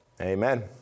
Amen